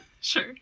Sure